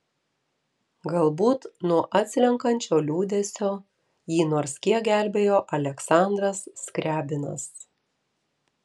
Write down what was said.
galbūt nuo atslenkančio liūdesio jį nors kiek gelbėjo aleksandras skriabinas